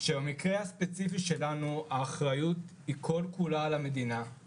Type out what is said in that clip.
והאחריות במקרה הספציפי האחריות היא כל כולה על המדינה.